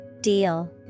Deal